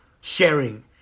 sharing